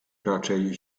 raczej